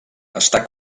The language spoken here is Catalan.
està